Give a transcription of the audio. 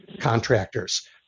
contractors